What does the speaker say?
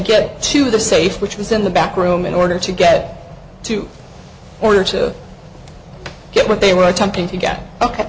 get to the safe which was in the back room in order to get to order to get what they were attempting to get ok